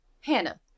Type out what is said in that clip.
Hannah